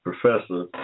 professor